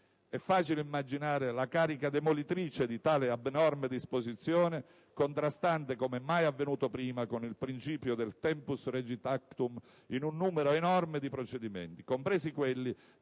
È facile immaginare la carica demolitrice di tale abnorme disposizione, contrastante, come mai avvenuto prima, con il principio del *tempus regit actum* in un numero enorme di procedimenti, compresi quelli